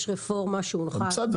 יש רפורמה שהונחה --- בסדר,